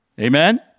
Amen